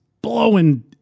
blowing